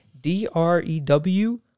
d-r-e-w